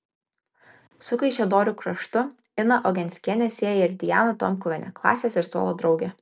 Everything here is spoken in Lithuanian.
su kaišiadorių kraštu iną ogenskienę sieja ir diana tomkuvienė klasės ir suolo draugė